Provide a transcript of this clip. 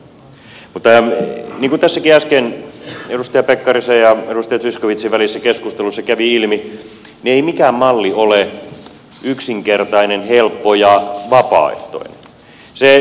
niin kuin tässäkin äsken edustaja pekkarisen ja edustaja zyskowiczin välisessä keskustelussa kävi ilmi ei mikään malli ole yksinkertainen helppo ja vapaaehtoinen